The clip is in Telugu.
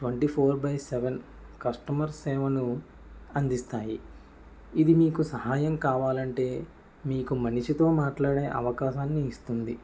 twenty four by seven customer సేవను అందిస్తాయి ఇది మీకు సహాయం కావాలంటే మీకు మనిషితో మాట్లాడే అవకాశాన్ని ఇస్తుంది